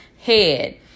head